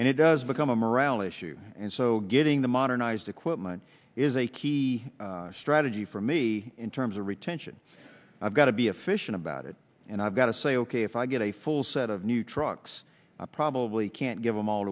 and it does become a morale issue and so getting the modernized equipment is a key strategy for me in terms of retention i've got to be efficient about it and i've got to say ok if i get a full set of new trucks i probably can't give them all